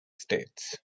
states